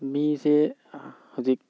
ꯃꯤꯁꯦ ꯍꯧꯖꯤꯛ